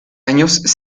años